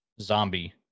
zombie